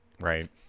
Right